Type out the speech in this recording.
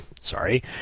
Sorry